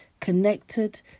connected